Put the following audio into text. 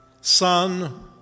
Son